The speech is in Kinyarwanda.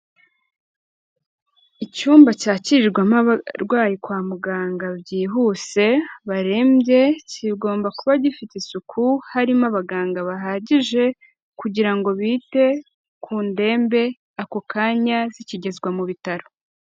Icyumba cyakirirwamo abarwayi kwa muganga byihuse, barembye, kigomba kuba gifite isuku harimo abaganga bahagije kugira ngo bite ku ndembe ako kanya zikigezwa mu bitaro.